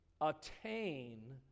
attain